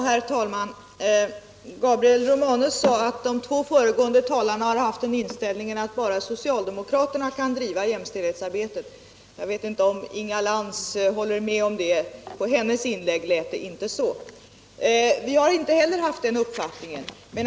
Herr talman! Gabriel Romanus sade att de två föregående talarna hade den inställningen att bara socialdemokraterna kan driva jämställdhetsarbetet. Jag vet inte om Inga Lantz håller med om detta. På hennes inlägg lät det inte så. Inte heller vi har haft den uppfattningen.